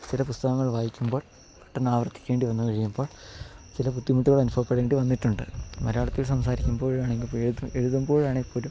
ചില പുസ്തകങ്ങൾ വായിക്കുമ്പോൾ പെട്ടെന്നാവർത്തിക്കേണ്ടിവന്ന് കഴിയുമ്പോൾ ചില ബുദ്ധിമുട്ടുകൾ അനുഭവപ്പെടേണ്ടി വന്നിട്ടുണ്ട് മലയാളത്തിൽ സംസാരിക്കുമ്പോഴാണെങ്കിൽ എഴുതുമ്പോഴാണെങ്കിൽപ്പോലും